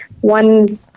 one